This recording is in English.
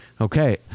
Okay